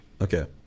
okay